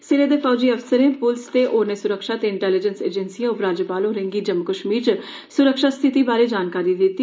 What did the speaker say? सिरे दे फौजी अफसरें पुलस ते होरनें सुरक्षा ते इंटेलीजेन्स एजेंसिएं उपराज्यपाल होरें गी जम्मू कश्मीर च सुरक्षा स्थिति बारे जानकारी दिती